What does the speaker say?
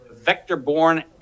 Vector-Borne